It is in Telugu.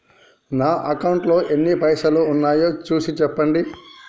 నా అకౌంట్లో ఎన్ని పైసలు ఉన్నాయి చూసి చెప్పండి?